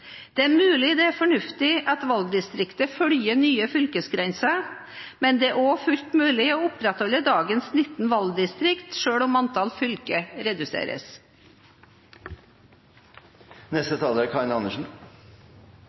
Det er mulig det er fornuftig at valgdistriktet følger nye fylkesgrenser, men det er også fullt mulig å opprettholde dagens 19 valgdistrikt selv om antall fylker reduseres.